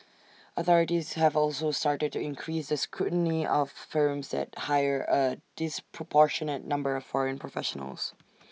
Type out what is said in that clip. authorities have also started to increase the scrutiny of firms that hire A disproportionate number of foreign professionals